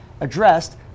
addressed